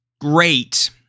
great